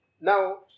now